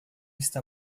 está